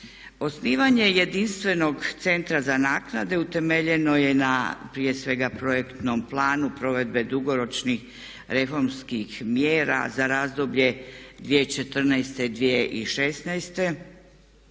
Osnivanje jedinstvenog centra za naknade utemeljeno je prije svega projektnom planu provedbe dugoročnih reformskih mjera za razdoblje 2014.-2016.